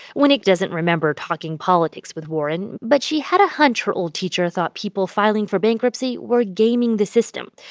winick doesn't remember talking politics with warren, but she had a hunch her old teacher thought people filing for bankruptcy were gaming the system.